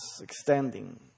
extending